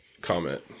comment